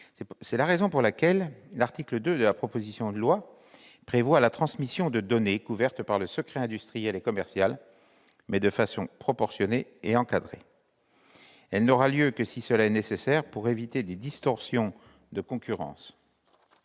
C'est la raison pour laquelle l'article 2 de la proposition de loi prévoit la transmission de données couvertes par le secret industriel et commercial, mais de façon proportionnée et encadrée. Cette transmission n'aura lieu que si cela est nécessaire pour éviter des distorsions de concurrence.